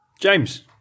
James